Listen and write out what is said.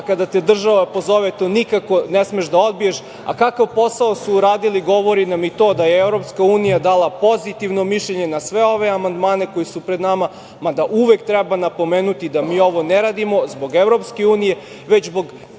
a kada te država pozove to nikako ne smeš da odbiješ. A kakav posao su uradili govori nam i to da je EU dala pozitivno mišljenje na sve ove amandmane koji su pred nama, mada uvek treba napomenuti da mi ovo ne radimo zbog EU već zbog